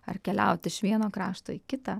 ar keliauti iš vieno krašto į kitą